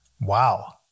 Wow